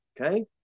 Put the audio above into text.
Okay